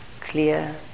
clear